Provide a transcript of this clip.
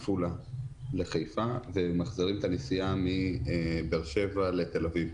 עפולה לחיפה ומחזירים את הנסיעה מבאר-שבע לתל-אביב.